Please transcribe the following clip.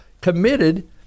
committed